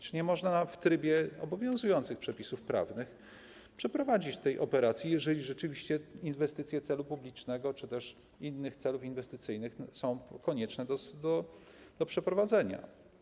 Czy nie można w trybie obowiązujących przepisów prawnych przeprowadzić tej operacji, jeżeli rzeczywiście inwestycje celu publicznego czy też innych celów inwestycyjnych są konieczne do przeprowadzenia?